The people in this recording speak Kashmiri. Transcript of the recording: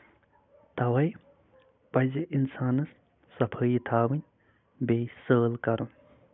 تَوے پَزِ اِنسانَس صفٲیہِ تھاؤنۍ بیٚیہِ سٲل کَرُن